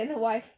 then the wife